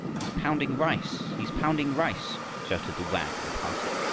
he's pounding rice! he's pounding rice! shouted the wag of the party,